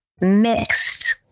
mixed